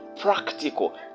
practical